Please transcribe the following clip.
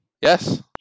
Yes